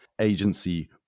agency